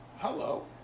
Hello